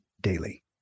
daily